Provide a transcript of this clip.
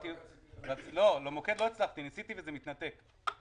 ניסיתי וזה מתנתק.